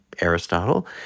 Aristotle